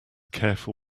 careful